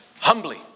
humbly